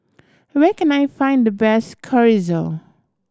where can I find the best Chorizo